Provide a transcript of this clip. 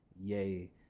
yay